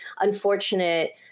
unfortunate